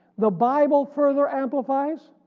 the bible further amplifies,